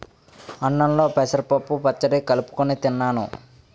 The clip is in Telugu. అన్నంలో పెసరపప్పు పచ్చడి కలుపుకొని తిన్నాను